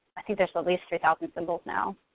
i think there's at least three thousand symbols now.